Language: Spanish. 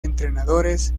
entrenadores